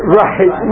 right